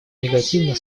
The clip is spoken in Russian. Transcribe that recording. негативно